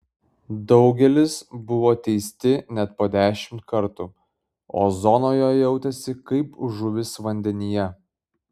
daugelis buvo teisti net po dešimt kartų o zonoje jautėsi kaip žuvys vandenyje